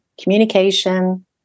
communication